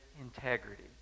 integrity